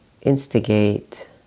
instigate